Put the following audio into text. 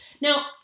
Now